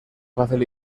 fácil